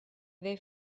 they